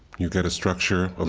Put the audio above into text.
you get a structure, and